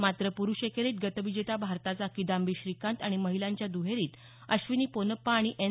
मात्र प्रुष एकेरीत गतविजेता भारताचा किदांबी श्रीकांत आणि महिलांच्या दुहेरीत अश्विनी पोनप्पा आणि एन